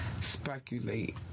speculate